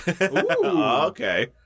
Okay